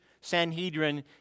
Sanhedrin